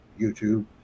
YouTube